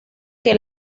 que